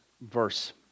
verse